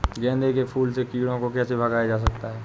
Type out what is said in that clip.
गेंदे के फूल से कीड़ों को कैसे भगाया जा सकता है?